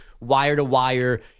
wire-to-wire